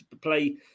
play